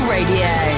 Radio